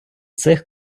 цих